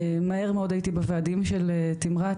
מהר מאוד הייתי בוועדים של תמרת,